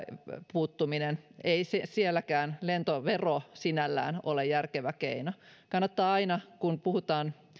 puuttuminen ei sielläkään lentovero sinällään ole järkevä keino kun puhutaan